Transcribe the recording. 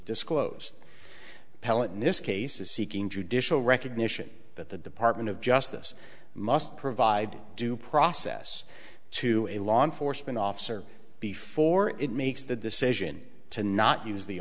disclosed appellant in this case is seeking judicial recognition that the department of justice must provide due process to a law enforcement officer before it makes the decision to not use the